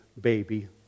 baby